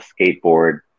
skateboard